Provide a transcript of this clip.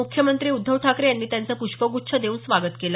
मुख्यमंत्री उद्धव ठाकरे यांनी त्यांचं प्रष्पग्रच्छ देऊन स्वागत केलं